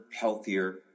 healthier